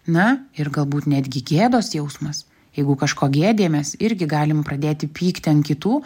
na ir galbūt netgi gėdos jausmas jeigu kažko gėdijamės irgi galim pradėti pykti ant kitų